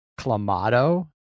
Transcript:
Clamato